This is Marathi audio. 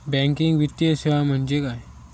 बँकिंग वित्तीय सेवा म्हणजे काय?